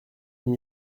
n’y